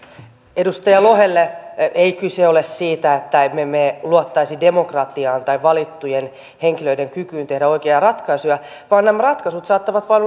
edustaja lohelle ei kyse ole siitä että me emme luottaisi demokratiaan tai valittujen henkilöiden kykyyn tehdä oikeita ratkaisuja vaan nämä ratkaisut saattavat vain